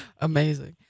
Amazing